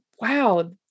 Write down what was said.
wow